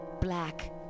black